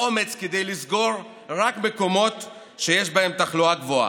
אומץ כדי לסגור רק מקומות שיש בהם תחלואה גבוהה.